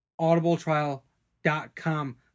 audibletrial.com